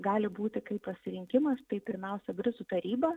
gali būti kaip pasirinkimas tai pirmiausia britų taryba